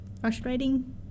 frustrating